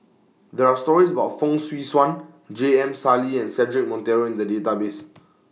There Are stories about Fong Swee Suan J M Sali and Cedric Monteiro in The Database